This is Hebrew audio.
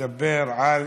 לדבר על